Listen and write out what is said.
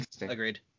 Agreed